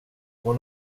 hon